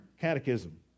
catechism